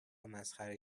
مسخره